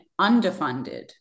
underfunded